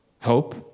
hope